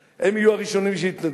שיתנדבו, הם יהיו הראשונים שיתנדבו.